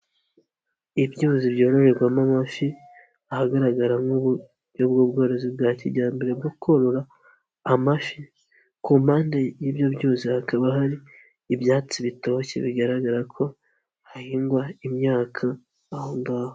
Ibyuzi byororerwamo amafi, ahagaragara nk'ubworozi bwa kijyambere bwo korora amafi, ku mpande y'ibyo byuzi hakaba hari ibyatsi bitoshye, bigaragara ko hahingwa imyaka aho ngaho.